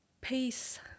peace